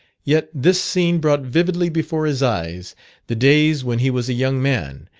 yet this scene brought vividly before his eyes the days when he was a young man,